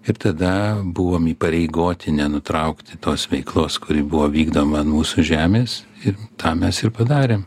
ir tada buvom įpareigoti nenutraukti tos veiklos kuri buvo vykdoma ant mūsų žemės ir tą mes ir padarėm